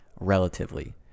relatively